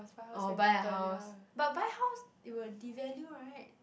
or buy a house but buy house it will devalue right